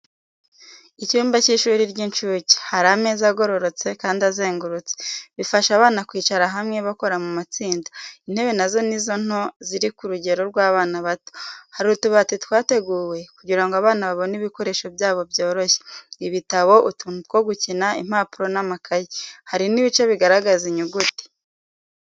Icyumba cy’ishuri ry’incuke. Hari ameza agororotse kandi azengurutse, bifasha abana kwicara hamwe, bakora mu matsinda. Intebe na zo ni nto ziri ku rugero rw’abana bato. Hari utubati twateguwe kugira ngo abana babone ibikoresho byabo byoroshye: ibitabo, utuntu two gukina, impapuro n’amakayi. Hari n'ibice bigaragaza inyuguti.